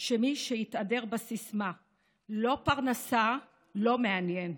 שמי שהתהדר בסיסמה "לא פרנסה, לא מעניין",